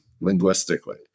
linguistically